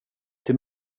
till